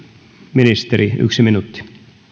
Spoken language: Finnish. ministeri yksi minuutti